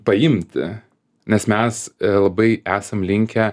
paimti nes mes labai esam linkę